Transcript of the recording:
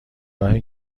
راه